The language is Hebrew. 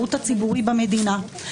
השירות הציבורי במדינה.